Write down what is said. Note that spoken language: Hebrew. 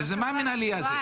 מה המינהלי הזה?